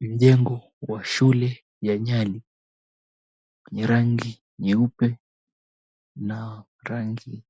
Mjengo wa shule ya Nyali, wenye rangi nyeupe na rangi